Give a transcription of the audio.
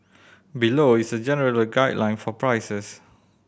below is a general guideline for prices